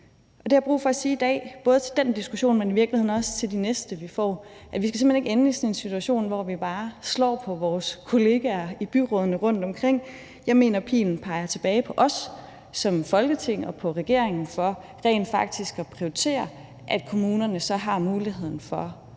Det har jeg brug for at sige i dag både til den diskussion, men i virkeligheden også til de næste, vi får. Vi skal simpelt hen ikke ende i sådan en situation, hvor vi bare slår på vores kollegaer i byrådene rundtomkring. Jeg mener, at pilen peger tilbage på os som Folketing og på regeringen i forhold til rent faktisk at prioritere, at kommunerne har muligheden for at